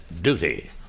duty